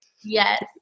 Yes